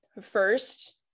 First